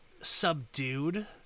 subdued